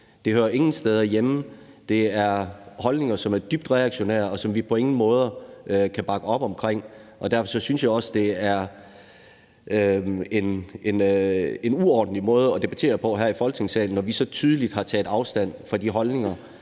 Det hører ingen steder hjemme. Det er holdninger, som er dybt reaktionære, og som vi på ingen måder kan bakke op om. Derfor synes jeg også, at det er en uordentlig måde at debattere på her i Folketingssalen, når vi så tydeligt har taget afstand fra de holdninger,